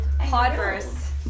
Podverse